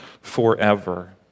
forever